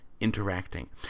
interacting